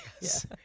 Yes